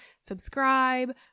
Subscribe